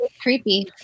Creepy